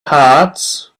hearts